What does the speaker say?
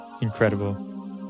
Incredible